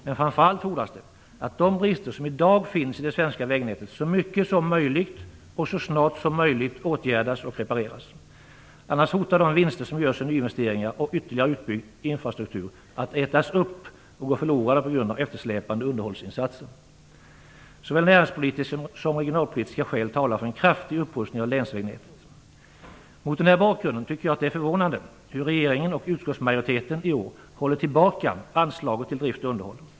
Men framför allt är det nödvändigt att de brister som i dag finns i det svenska vägnätet så mycket som möjligt och så snart som möjligt åtgärdas och repareras. Annars hotar de vinster som görs i nyinvesteringar och ytterligare utbyggnad av infrastrukturen att ätas upp och gå förlorade på grund av eftersläpande underhållsinsatser. Såväl näringspolitiska som regionalpolitiska skäl talar för en kraftig upprustning av länsvägnätet. Mot denna bakgrund är det förvånande att regeringen och utskottsmajoriteten i år håller tillbaka anslaget till drift och underhåll.